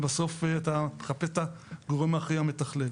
ובסוף אתה מחפש את התגובה מהאחראי המתכלל.